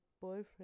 boyfriend